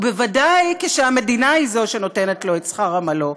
ובוודאי כשהמדינה היא שנותנת לו את שכר עמלו.